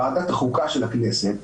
ועדת החוקה של הכנסת,